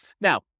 Now